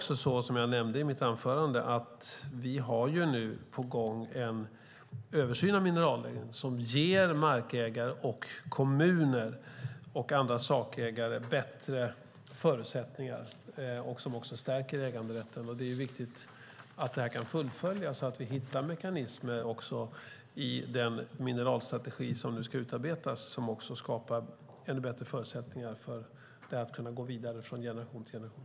Som jag nämnde i mitt anförande har vi på gång en översyn av minerallagen som ger markägare och kommuner, och andra sakägare, bättre förutsättningar och även stärker äganderätten. Det är viktigt att detta kan fullföljas och att vi hittar mekanismer i den mineralstrategi som nu ska utarbetas som skapar ännu bättre förutsättningar för att kunna gå vidare från generation till generation.